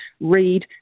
read